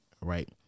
right